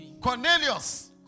Cornelius